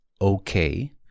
okay